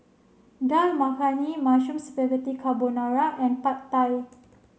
Dal Makhani Mushroom Spaghetti Carbonara and Pad Thai